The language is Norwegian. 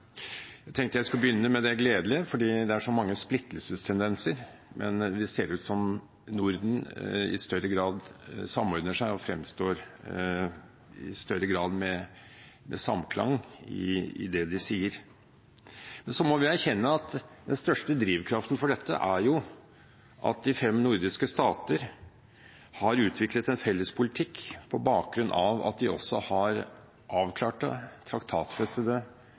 Jeg tenkte jeg skulle begynne med det gledelige, for det er så mange splittelsestendenser, men det ser ut som om Norden i større grad samordner seg og fremstår med samklang i det de sier. Så må vi erkjenne at den største drivkraften for dette er at de fem nordiske stater har utviklet en felles politikk på bakgrunn av at de også har avklarte traktatfestede forhold til EU. De